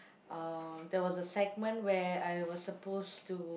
uh there was a segment where I was supposed to